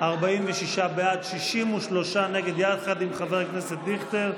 46 בעד, 63 נגד, יחד עם חבר הכנסת דיכטר,